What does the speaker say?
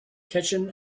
kitchen